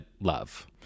love